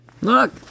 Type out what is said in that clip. Look